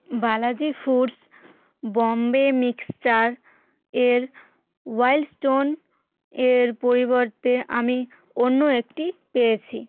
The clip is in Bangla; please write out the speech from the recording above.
বালাজি ফুডস বম্বে মিক্সচার এর ওয়াইল্ড স্টোন এর পরিবর্তে আমি অন্য একটি পেয়েছি